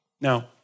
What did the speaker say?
Now